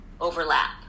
overlap